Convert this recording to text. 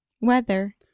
Weather